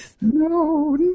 No